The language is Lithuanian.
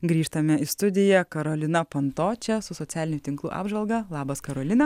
grįžtame į studiją karolina panto čia su socialinių tinklų apžvalga labas karolina